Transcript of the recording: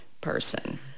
person